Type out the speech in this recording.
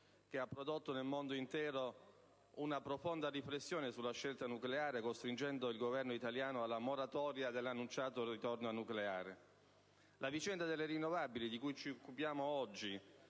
che ha prodotto nel mondo intero una profonda riflessione sulla scelta nucleare, costringendo il Governo italiano alla moratoria dell'annunciato ritorno al nucleare e la questione delle energie rinnovabili, di cui ci occupiamo oggi,